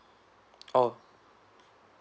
oh